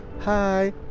hi